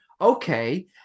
Okay